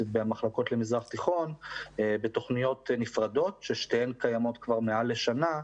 במחלקות למזרח תיכון בתוכניות נפרדות ששתיהן קיימות כבר מעל לשנה.